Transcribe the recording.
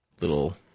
little